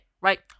right